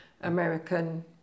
American